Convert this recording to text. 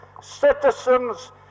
citizens